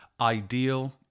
ideal